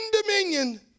dominion